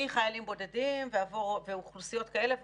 מחיילים בודדים ואוכלוסיות כאלה ואחרות.